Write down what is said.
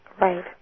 Right